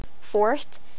Fourth